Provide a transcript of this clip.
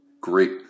great